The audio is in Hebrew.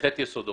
בחטא יסודו.